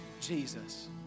Jesus